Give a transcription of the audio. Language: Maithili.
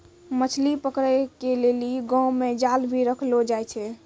मछली पकड़े के लेली गांव मे जाल भी रखलो जाए छै